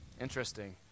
Interesting